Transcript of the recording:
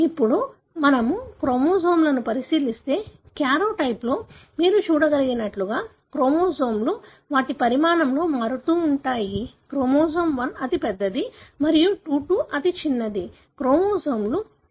ఇప్పుడు మనము క్రోమోజోమ్లను పరిశీలిస్తే కార్యోటైప్లో మీరు చూడగలిగినట్లుగా క్రోమోజోములు వాటి పరిమాణంలో మారుతూ ఉంటాయి క్రోమోజోమ్ 1 అతి పెద్దది మరియు క్రోమోజోమ్ 22 చిన్నది క్రోమోజోములు పురుషుడు మరియు స్త్రీలో ఉంటాయి